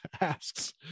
asks